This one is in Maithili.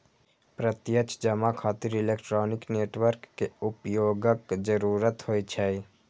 प्रत्यक्ष जमा खातिर इलेक्ट्रॉनिक नेटवर्क के उपयोगक जरूरत होइ छै